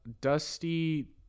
Dusty